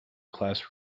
class